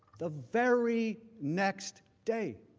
the very next day,